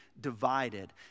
divided